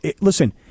listen